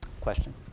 Question